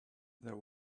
there